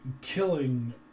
killing